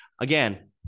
again